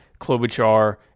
Klobuchar